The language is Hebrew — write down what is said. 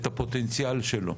את הפוטנציאל שלו.